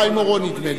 חיים אורון נדמה לי,